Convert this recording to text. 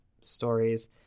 stories